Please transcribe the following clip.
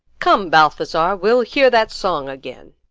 come, balthazar, we'll hear that song again.